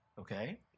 Okay